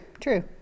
true